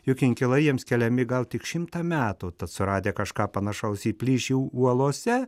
jog inkilai jiems keliami gal tik šimtą metų tad suradę kažką panašaus į plyšį uolose